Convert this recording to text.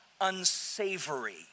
unsavory